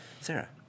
Sarah